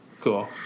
Cool